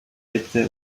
lebte